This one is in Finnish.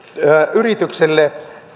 yrityksille